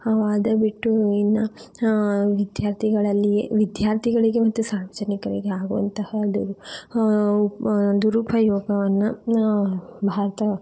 ಅದು ಬಿಟ್ಟು ಇನ್ನು ವಿದ್ಯಾರ್ಥಿಗಳಲ್ಲಿ ವಿದ್ಯಾರ್ಥಿಗಳಿಗೆ ಮತ್ತು ಸಾರ್ವಜನಿಕರಿಗೆ ಆಗುವಂತಹ ಒಂದು ದುರುಪಯೋಗವನ್ನು ಭಾರತ